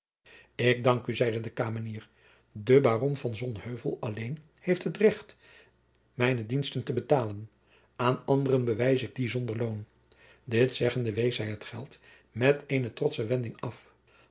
ik dank u zeide de kamenier de baron van sonheuvel alleen heeft het recht mijne diensten te betalen aan anderen bewijs ik die zonder loon dit zeggende wees zij het geld met eene trotsche wending af